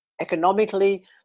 economically